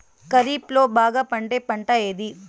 ఖరీఫ్ లో బాగా పండే పంట ఏది?